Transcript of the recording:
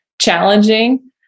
challenging